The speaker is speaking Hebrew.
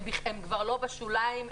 הם כבר לא בשוליים,